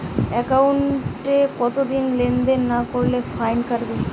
একাউন্টে কতদিন লেনদেন না করলে ফাইন কাটবে?